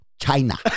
China